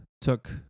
took